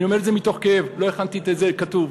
אני אומר את זה מתוך כאב, לא הכנתי את זה כתוב.